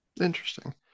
Interesting